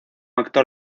actor